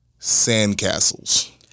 Sandcastles